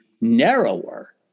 narrower